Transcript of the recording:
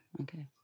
Okay